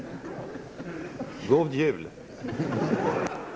God jul!